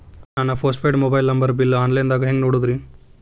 ನನ್ನ postpaid mobile number bill, online ದಾಗ hang ನೋಡೋದ್ರಿ?